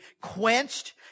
quenched